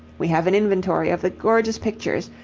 we have an inventory of the gorgeous pictures,